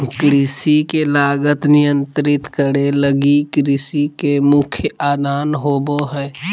कृषि के लागत नियंत्रित करे लगी कृषि के मुख्य आदान होबो हइ